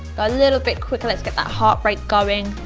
go a little bit quicker, let's get that heart rate going.